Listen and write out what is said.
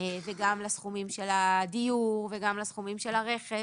וגם לסכומים של הדיור וגם לסכומים של הרכב,